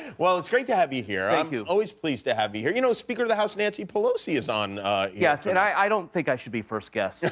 well, it's great to have you here um you. i'm always pleased to have you here. you know, speaker of the house nancy pelosi is on yes, and i don't think i should be first guest.